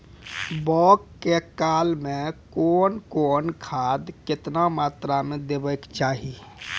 बौगक काल मे कून कून खाद केतबा मात्राम देबाक चाही?